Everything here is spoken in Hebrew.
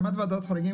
לגבי הקמת ועדת חריגים,